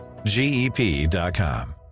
GEP.com